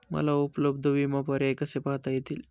मला उपलब्ध विमा पर्याय कसे पाहता येतील?